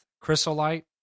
chrysolite